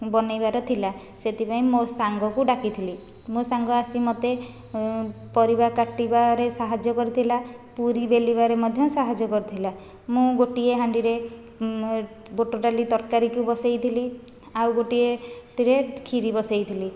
ବନାଇବାର ଥିଲା ସେଥିପାଇଁ ମୋ ସାଙ୍ଗକୁ ଡାକିଥିଲି ମୋ ସାଙ୍ଗ ଆସି ମୋତେ ପରିବା କଟିବାରେ ସାହାଯ୍ୟ କରିଥିଲା ପୁରି ବେଲିବାରେ ମଧ୍ୟ ସାହାଯ୍ୟ କରିଥିଲା ମୁଁ ଗୋଟିଏ ହାଣ୍ଡିରେ ବୁଟ ଡାଲି ତରକାରୀ ବସାଇଥିଲି ଆଉ ଗୋଟିଏ ଥିରେ ଖିରୀ ବସାଇଥିଲି